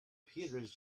peters